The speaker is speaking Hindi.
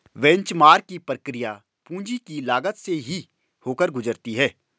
बेंचमार्क की प्रक्रिया पूंजी की लागत से ही होकर गुजरती है